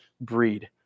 breed